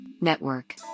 Network